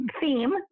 theme